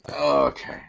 Okay